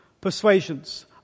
persuasions